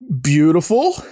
beautiful